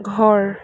ঘৰ